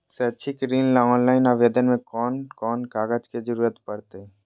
शैक्षिक ऋण ला ऑनलाइन आवेदन में कौन कौन कागज के ज़रूरत पड़तई?